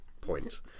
point